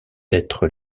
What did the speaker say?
être